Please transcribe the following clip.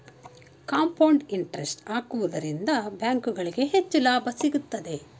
compound interest ಹಾಕುವುದರಿಂದ ಬ್ಯಾಂಕುಗಳಿಗೆ ಹೆಚ್ಚು ಲಾಭ ಸಿಗುತ್ತದೆ